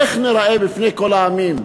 איך ניראה בפני כל העמים?